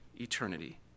eternity